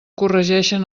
corregeixen